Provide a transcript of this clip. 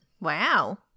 Wow